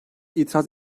itiraz